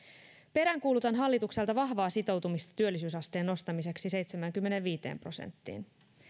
peräänkuulutan hallitukselta vahvaa sitoutumista työllisyysasteen nostamiseksi seitsemäänkymmeneenviiteen prosenttiin